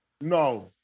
No